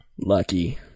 Lucky